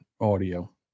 audio